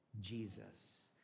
Jesus